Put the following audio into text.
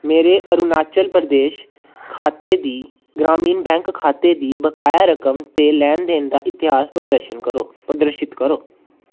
मेरे अरुणाचल प्रदेश खाते दी ग्रामीण बैंक खाते दी बकाया रकम ते लैन देन दा इतिहास प्रदर्शत करो